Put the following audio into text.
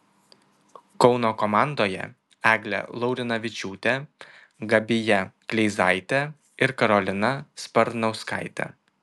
kauno komandoje eglė laurinavičiūtė gabija kleizaitė ir karolina sparnauskaitė